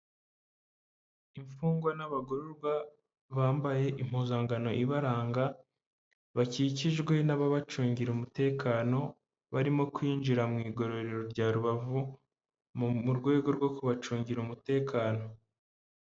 Imfungwa n'abagororwa bambaye impuzangano ibaranga, bakikijwe n'ababacungira umutekano, barimo kwinjira mu igurero rya Rubavu mu rwego rwo kubacungira umutekano.